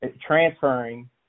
transferring